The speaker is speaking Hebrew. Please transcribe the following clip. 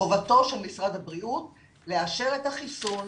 חובתו של משרד הבריאות לאשר את החיסון,